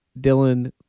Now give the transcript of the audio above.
Dylan